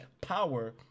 power